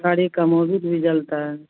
गाड़ी का मोबिल भी जलता है